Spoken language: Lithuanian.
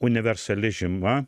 universali žyma